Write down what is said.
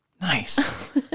Nice